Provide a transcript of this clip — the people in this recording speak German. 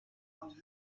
und